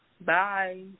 bye